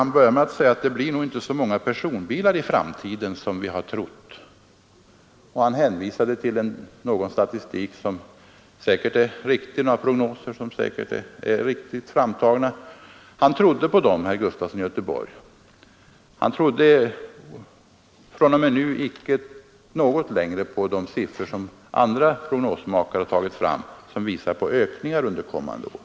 Han sade att vi nog inte får så många personbilar i framtiden som vi har trott. Han hänvisade då till prognoser som säkert är riktigt framtagna och som herr Gustafson trodde på. fr.o.m. nu tror han inte längre på de siffror som andra prognosmakare har tagit fram och som visar på en ökning av antalet bilar under kommande år.